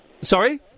Sorry